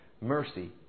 Mercy